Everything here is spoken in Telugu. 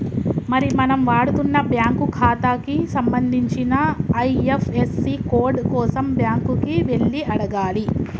మరి మనం వాడుతున్న బ్యాంకు ఖాతాకి సంబంధించిన ఐ.ఎఫ్.యస్.సి కోడ్ కోసం బ్యాంకు కి వెళ్లి అడగాలి